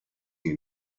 que